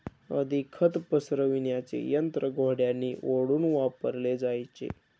आधी खत पसरविण्याचे यंत्र घोड्यांनी ओढून वापरले जायचे